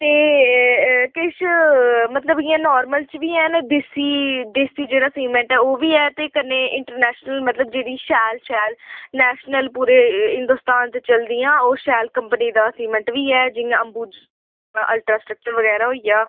ते किश मतलब इ'यां नार्मल च बी हैन देसी देसी जेह्ड़ा सीमेंट ऐ ओह् बी ऐ ते कन्नै इंटरनैश्नल मतलब जेह्ड़ी शैल शैल नेश्नल पूरे हिंदुस्तान च चलदियां ओह् शैल कंपनी दा सीमेंट बी ऐ जि'यां अंबुजा अल्ट्रा स्ट्रकचर बगैरा होई गेआ